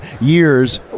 years